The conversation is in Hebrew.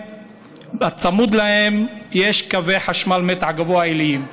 צמוד להם יש קווי חשמל מתח גבוה עיליים.